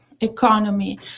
economy